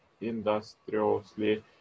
industriously